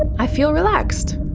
i feel relaxed,